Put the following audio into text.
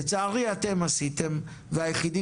לצערי אתם עשיתם והיחידים,